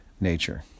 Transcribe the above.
nature